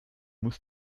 muss